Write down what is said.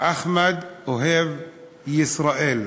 "אחמד אוהב ישראל".